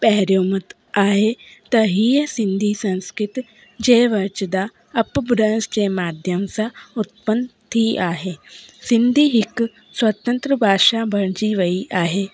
पहिरियों मत आहे त हीअ सिंधी संस्कृत जे वचदा अपभ्रस जे माध्यम सां उत्पन थी आहे सिंधी हिकु स्वतंत्र भाषा ॿणिजी वई आहे